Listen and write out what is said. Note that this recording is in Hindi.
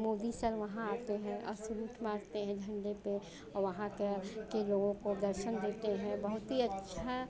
मोदी सर वहाँ आते हैं और सलूट मारते हैं झंडे पर और वहाँ के लोगों को दर्शन देते हैं बहुत ही अच्छा